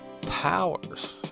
powers